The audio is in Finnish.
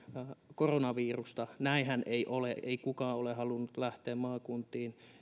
koronavirusta näinhän ei ole ei kukaan ole halunnut lähteä maakuntiin